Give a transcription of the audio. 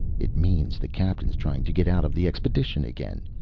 it means the captain's trying to get out of the expedition, again.